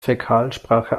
fäkalsprache